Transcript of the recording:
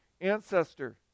ancestor